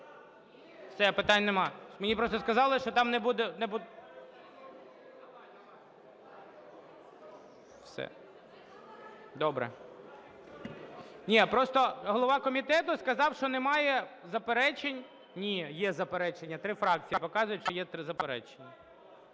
Все. Питань нема. Мені просто сказали, що там не буде… Все. Добре. Ні, просто голова комітету сказав, що немає заперечень. Ні, є заперечення. 3 фракції показують, що є 3 заперечення.